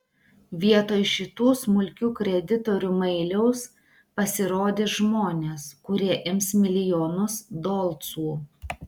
vietoj šitų smulkių kreditorių mailiaus pasirodys žmonės kurie ims milijonus dolcų